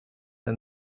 and